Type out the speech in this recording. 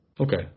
Okay